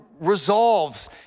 resolves